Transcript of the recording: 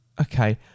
Okay